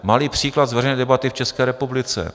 Malý příklad z veřejné debaty v České republice.